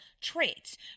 traits